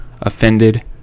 offended